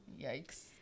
Yikes